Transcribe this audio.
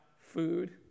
food